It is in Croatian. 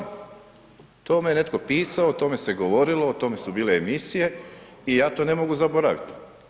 O tome je netko pisao, o tome se govorilo, o tome su bile emisije i ja to ne mogu zaboraviti.